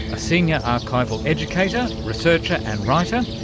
a senior archival educator, researcher and writer,